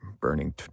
burning